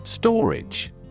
Storage